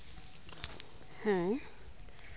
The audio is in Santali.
ᱦᱮᱸ